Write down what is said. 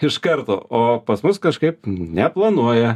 iš karto o pas mus kažkaip neplanuoja